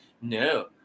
no